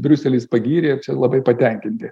briuselis pagyrė labai patenkinti